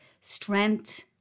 strength